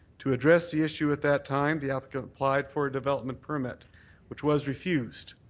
to address the issue at that time, the applicant applied for a development permit which was refused.